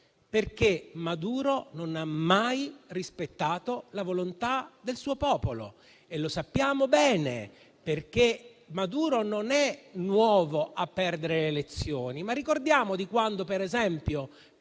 motivo: Maduro non ha mai rispettato la volontà del suo popolo. E lo sappiamo bene, perché Maduro non è nuovo a perdere le elezioni. Ricordiamo quando, per esempio,